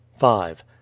five